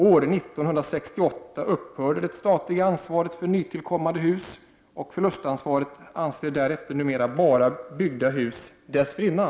År 1968 upphörde det statliga ansvaret för nytillkommande hus, och förlustansvaret avser därför numera bara hus byggda dessförinnan.